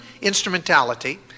instrumentality